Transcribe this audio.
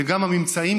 וגם הממצאים,